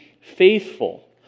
faithful